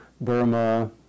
Burma